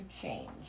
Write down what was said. change